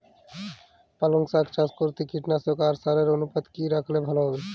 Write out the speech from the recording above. পালং শাক চাষ করতে কীটনাশক আর সারের অনুপাত কি রাখলে ভালো হবে?